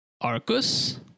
Arcus